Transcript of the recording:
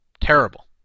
Terrible